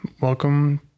Welcome